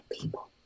people